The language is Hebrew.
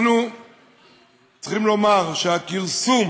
אנחנו צריכים לומר שהכרסום